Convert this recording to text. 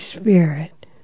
Spirit